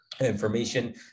information